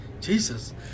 Jesus